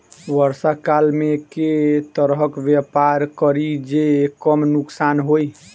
वर्षा काल मे केँ तरहक व्यापार करि जे कम नुकसान होइ?